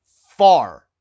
far